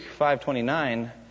5.29